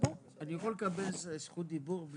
זכות הדיבור?